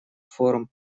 форум